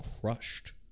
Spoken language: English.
crushed